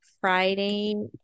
Friday